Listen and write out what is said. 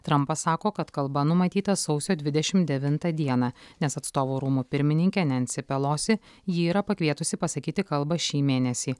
trampas sako kad kalba numatyta sausio dvidešim devintą dieną nes atstovų rūmų pirmininkė nensi pelosi jį yra pakvietusi pasakyti kalbą šį mėnesį